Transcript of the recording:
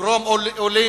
פוגרום או לינץ'.